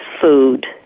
food